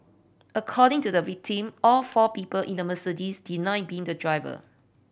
according to the victim all four people in the Mercedes denied being the driver